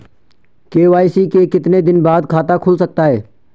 KYC के कितने दिन बाद खाता खुल सकता है?